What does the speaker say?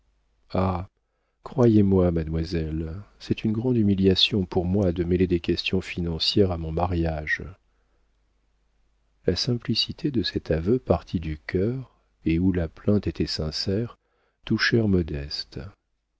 ah croyez-moi mademoiselle c'est une grande humiliation pour moi de mêler des questions financières à mon mariage la simplicité de cet aveu parti du cœur et où la plainte était sincère toucha modeste